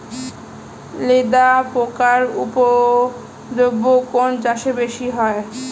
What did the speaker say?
লেদা পোকার উপদ্রব কোন চাষে বেশি হয়?